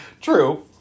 True